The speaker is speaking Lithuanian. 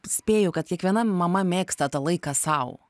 spėju kad kiekviena mama mėgsta tą laiką sau